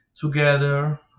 together